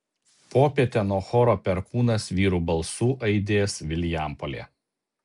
popietę nuo choro perkūnas vyrų balsų aidės vilijampolė